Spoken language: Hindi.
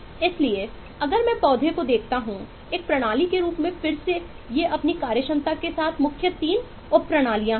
इसलिए अगर मैं पौधे को देखता हूं एक प्रणाली के रूप में फिर ये अपनी कार्यक्षमता के साथ मुख्य 3 उपप्रणालियाँ हैं